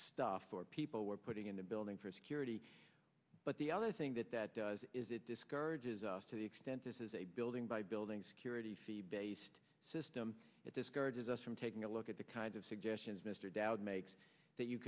stuff for people we're putting in the building for security but the other thing that that does is it discourages us to the extent this is a building by building security fee based system it discourages us from taking a look at the kinds of suggestions mr dowd makes that you